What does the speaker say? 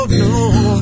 no